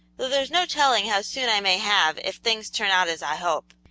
though there's no telling how soon i may have if things turn out as i hope,